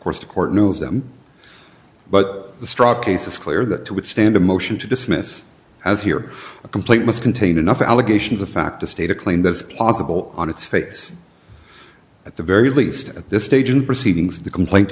course the court knows them but the struck cases clear that would stand a motion to dismiss as here a complaint must contain enough allegations of fact to state a claim that's possible on its face at the very least at this stage in proceedings the complaint